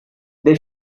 they